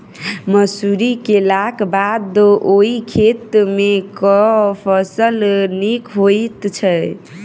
मसूरी केलाक बाद ओई खेत मे केँ फसल नीक होइत छै?